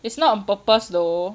it's not on purpose though